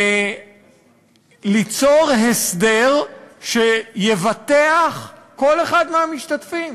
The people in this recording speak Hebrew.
ליצור הסדר שיבטח כל אחד מהמשתתפים.